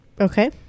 okay